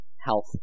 health